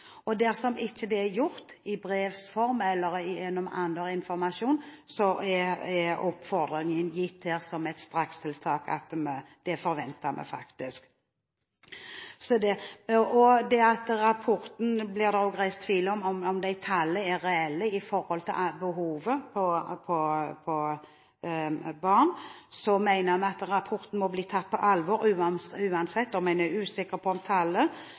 opp. Dersom ikke det er gjort i brevs form eller gjennom annen informasjon, oppfordrer vi til det – gitt her som et strakstiltak. Det forventer vi faktisk. Når det gjelder at det i rapporten også ble reist tvil om om tallene er reelle i forhold til barns behov, mener vi at rapporten må bli tatt på alvor. Uansett om en er usikker på